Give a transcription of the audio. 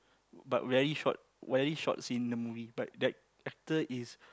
but very short very short scene in the movie but that actor is